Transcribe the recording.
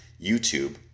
YouTube